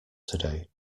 today